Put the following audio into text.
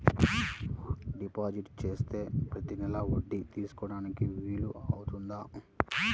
Deposit చేస్తే ప్రతి నెల వడ్డీ తీసుకోవడానికి వీలు అవుతుందా?